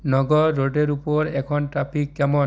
নগর রোডের উপর এখন ট্রাফিক কেমন